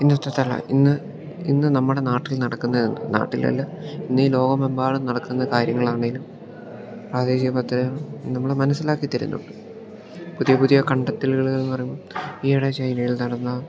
ഇന്നത്തെതല്ല ഇന്ന് ഇന്ന് നമ്മുടെ നാട്ടിൽ നടക്കുന്ന നാട്ടിലല്ല ഇന്നീ ലോകമെമ്പാടും നടക്കുന്ന കാര്യങ്ങളാണേലും പ്രാദേശിക പത്രം നമ്മളെ മനസ്സിലാക്കി തരുന്നുണ്ട് പുതിയ പുതിയ കണ്ടെത്തലുകൾ പറയുമ്പോൾ ഈയിടെ ചൈനയിൽ നടന്ന